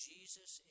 Jesus